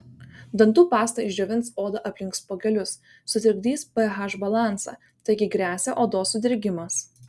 dantų pasta išdžiovins odą aplink spuogelius sutrikdys ph balansą taigi gresia odos sudirgimas